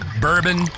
bourbon